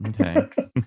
Okay